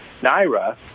Naira